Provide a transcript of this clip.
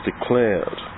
declared